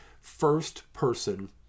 first-person